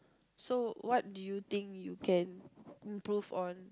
so what do you think you can improve on